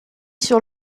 sur